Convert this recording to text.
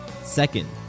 Second